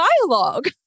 dialogue